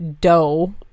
dough